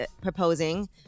proposing